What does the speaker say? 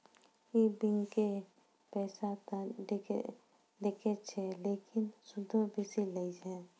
इ बैंकें पैसा त दै छै लेकिन सूदो बेसी लै छै